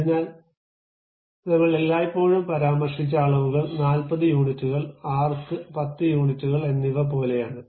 അതിനാൽ ഞങ്ങൾ എല്ലായ്പ്പോഴും പരാമർശിച്ച അളവുകൾ 40 യൂണിറ്റുകൾ ആർക്ക് 10 യൂണിറ്റുകൾ എന്നിവ പോലെയാണ്